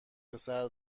پسر